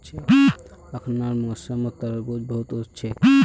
अखनार मौसमत तरबूज बहुत वोस छेक